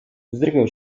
wzdrygnął